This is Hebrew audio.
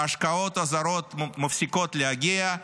ההשקעות הזרות מפסיקות להגיע,